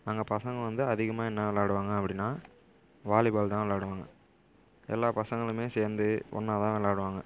அங்கே பசங்க வந்து அதிகமாக என்ன விளையாடுவாங்க அப்படினா வாலிபால் தான் விளையாடுவாங்க எல்லா பசங்களும் சேர்ந்து ஒன்னாகதான் விளையாடுவாங்க